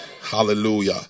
Hallelujah